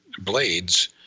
blades